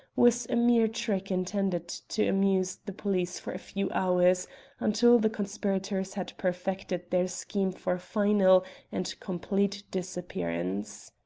was a mere trick intended to amuse the police for a few hours until the conspirators had perfected their scheme for final and complete disappearance.